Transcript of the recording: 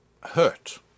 hurt